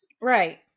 Right